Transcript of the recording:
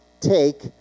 take